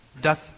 doth